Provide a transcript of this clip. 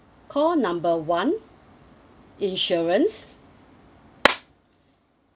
call number one insurance